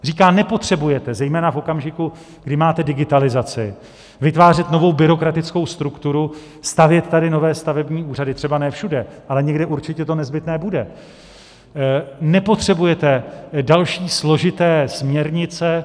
Říká: Nepotřebujete, zejména v okamžiku, kdy máte digitalizaci, vytvářet novou byrokratickou strukturu, stavět tady nové stavební úřady třeba ne všude, ale někde určitě to nezbytné bude, nepotřebujete další složité směrnice.